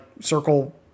circle